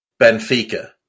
Benfica